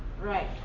Right